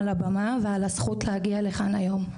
על הבמה ועל הזכות להגיע לכאן היום.